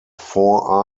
four